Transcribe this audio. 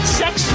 sex